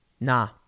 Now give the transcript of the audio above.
Nah